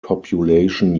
copulation